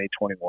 2021